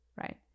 right